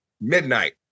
midnight